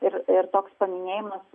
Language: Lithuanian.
ir ir toks paminėjimas